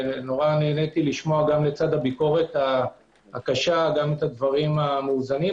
נהניתי לשמוע לצד הביקורת הקשה גם את הדברים המאוזנים,